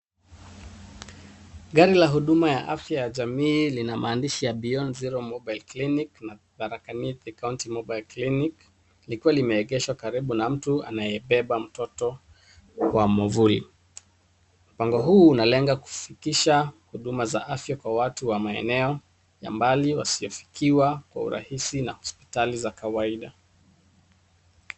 Gari la huduma ya afya ya jamii lina maandishi ya beyond zero mobile clinic na Tharaka Nithi county mobile clinic likiwa limeegeshwa karibu na mtu anayebeba mtoto kwa mwavuli. Mpango huu unalenga kufikisha huduma za afya kwa watu wa maeneo ya mbali wasiofikiwa kwa urahisi na hospitali za kawaida.